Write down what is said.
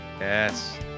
Yes